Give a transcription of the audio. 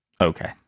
Okay